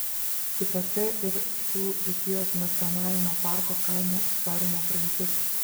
kitokia ir šių dzūkijos nacionalinio parko kaimų istorinė praeitis